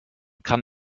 kann